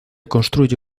construye